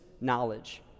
knowledge